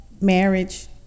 marriage